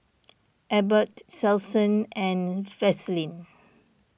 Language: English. Abbott Selsun and Vaselin